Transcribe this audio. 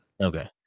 okay